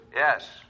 Yes